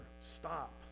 stop